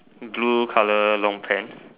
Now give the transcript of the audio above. blue color long pants